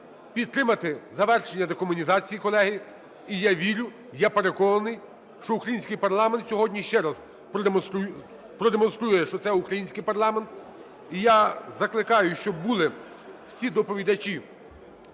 підтримати завершення декомунізації, колеги, і я вірю, я переконаний, що український парламент сьогодні ще раз продемонструє, що це – український парламент. І я закликаю, щоби були всі доповідачі